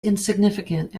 insignificant